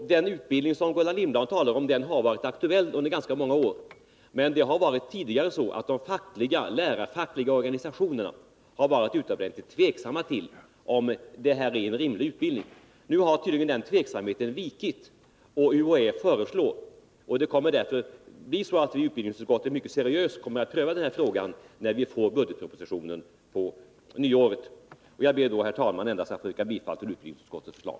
Den utbildning, som Gullan Lindblad talar om har varit aktuell under ganska många år, men tidigare har lärarnas fackliga organisationer varit utomordentligt tveksamma till om detta är en rimlig utbildning. Nu har tydligen den tveksamheten vikit och UHÄ har ett förslag. Utbildningsutskottet kommer därför att mycket seriöst pröva denna fråga, när vi får budgetpropositionen på nyåret. Jag ber, herr talman, endast att få yrka bifall till utskottets förslag.